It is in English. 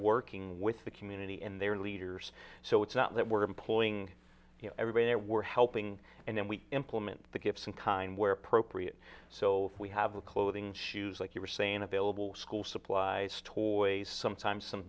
working with the community and their leaders so it's not that we're employing everybody there we're helping and then we implement the gifts in kind where appropriate so we have a clothing shoes like you were saying available school supplies toys sometimes some